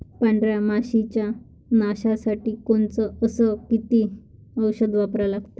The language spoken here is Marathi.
पांढऱ्या माशी च्या नाशा साठी कोनचं अस किती औषध वापरा लागते?